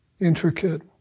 intricate